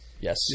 Yes